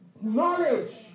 knowledge